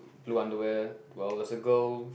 blue underwear while there's a girl